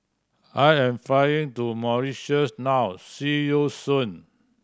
I am flying to Mauritius now see you soon